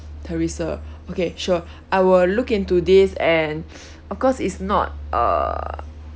teresa okay sure I will look into this and of course it's not uh